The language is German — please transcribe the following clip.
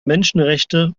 menschenrechte